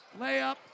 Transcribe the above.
layup